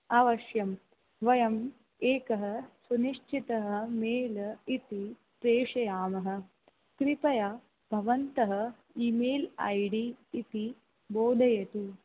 अवश्यं वयं एकः सुनिश्चितः मेल् इति प्रेषयामः कृपया भवन्तः ईमेल् ऐडी इति बोधयतु